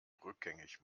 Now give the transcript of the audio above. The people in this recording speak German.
rückgängig